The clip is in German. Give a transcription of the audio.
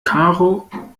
karo